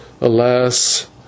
Alas